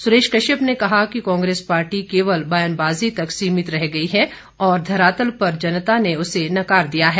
सुरेश कश्यप ने कहा कि कांग्रेस पार्टी केवल बयानबाजी तक सीमित रह गई है और धरातल पर जनता ने उसे नकार दिया है